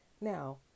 Now